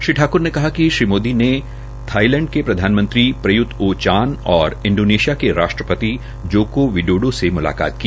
श्री ठाकुर ने कहा कि श्री मोदी ने थाईलैंड के प्रधानमंत्री प्रय्क्त ओ चान और इंडोनेशिश के राष्ट्रपति जोको विडोडो से मुलाकात की